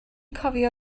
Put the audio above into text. cofio